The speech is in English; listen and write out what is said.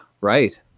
right